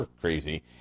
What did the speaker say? crazy